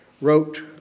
wrote